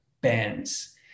bands